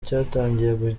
cyatangiye